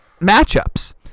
matchups